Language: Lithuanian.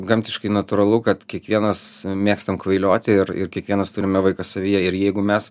gamtiškai natūralu kad kiekvienas mėgstam kvailioti ir ir kiekvienas turime vaiką savyje ir jeigu mes